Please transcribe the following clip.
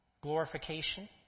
glorification